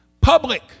public